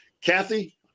Kathy